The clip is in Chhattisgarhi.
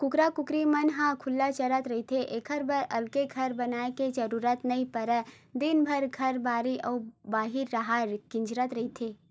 कुकरा कुकरी मन ह खुल्ला चरत रहिथे एखर बर अलगे घर बनाए के जरूरत नइ परय दिनभर घर, बाड़ी अउ बाहिर डाहर किंजरत रहिथे